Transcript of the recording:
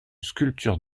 sculpture